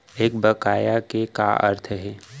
एक बकाया के का अर्थ हे?